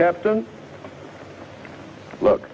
captain look